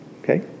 Okay